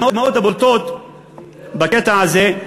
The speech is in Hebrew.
אחת הדוגמאות הבולטות בקטע הזה,